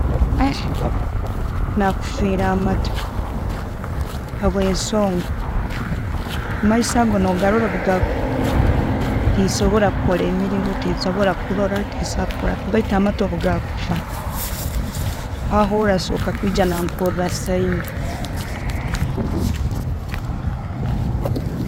nakufire amatu, habwensonga amaiso ago nogarora bwe ga, tinsobora kukora emirimu, tinsobora kurora, tinsobora kukoraki baitu amatu bwegakufa, aho oli asoka kwijja nankora sign.